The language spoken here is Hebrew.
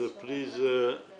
י"ז בטבת תשע"ט,